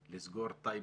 לסגור את טייבה,